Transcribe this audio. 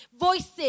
voices